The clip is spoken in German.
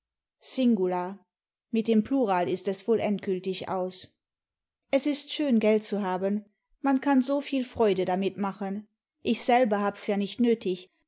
mit dem plural ist es wohl endgültig aus es ist schön geld zu haben man kann so viel freude damit machen ich selber hab's ja nicht nötig